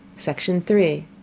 section three.